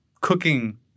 cooking